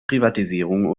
privatisierung